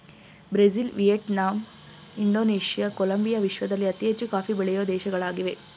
Brazil, Vietnam, Indonesia, Colombia ವಿಶ್ವದಲ್ಲಿ ಅತಿ ಹೆಚ್ಚು ಕಾಫಿ ಬೆಳೆಯೂ ದೇಶಗಳಾಗಿವೆ